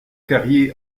carrier